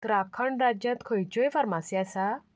उत्तराखंड राज्यांत खंयच्यीय फार्मासी आसा